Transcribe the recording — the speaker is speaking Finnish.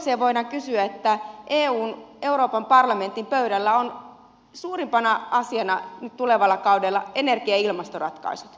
toisekseen voidaan kysyä kun eun euroopan parlamentin pöydällä on suurimpana asiana nyt tulevalla kaudella energia ja ilmastoratkaisut